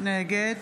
נגד